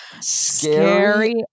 scary